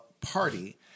party